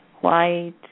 white